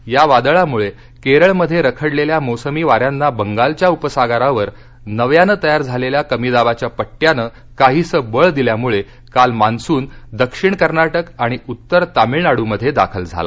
या वादळामुळे केरळमध्ये रखडलेल्या मोसमी वाऱ्यांना बंगालच्या उपसागरावर नव्यानं तयार झालेल्या कमी दाबाच्या पट्टयाने काहीसं बळ दिल्यामुळे काल मान्सून दक्षिण कर्नाटक आणि उत्तर तामिळनाडूमध्ये दाखल झाला